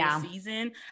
season